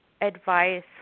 advice